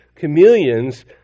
chameleons